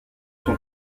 sont